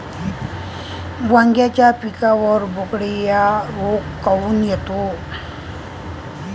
वांग्याच्या पिकावर बोकड्या रोग काऊन येतो?